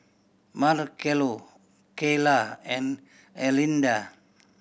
Marcello Kyla and Erlinda